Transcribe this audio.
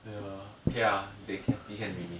ya okay ah they happy can already